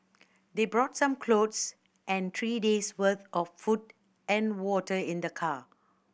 they brought some clothes and three days worth of food and water in the car